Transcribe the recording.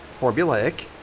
formulaic